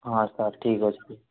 ହଁ ସାର୍ ଠିକ୍ ଅଛି